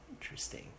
Interesting